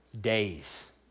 days